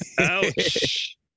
Ouch